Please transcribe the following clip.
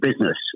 business